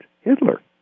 Hitler